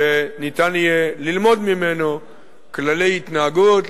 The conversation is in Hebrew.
שניתן יהיה ללמוד ממנו כללי התנהגות,